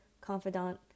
confidant